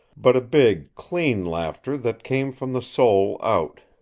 but a big, clean laughter that came from the soul out.